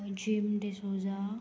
GeM D'Souza